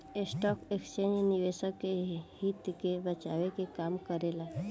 stock exchange निवेशक के हित के बचाये के काम करेला